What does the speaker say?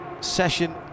session